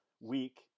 week